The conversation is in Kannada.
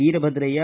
ವೀರಭದ್ರಯ್ಯ